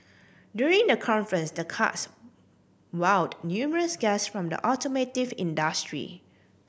during the conference the karts wowed numerous guests from the automotive industry